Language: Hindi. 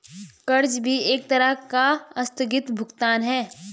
कर्ज भी एक तरह का आस्थगित भुगतान है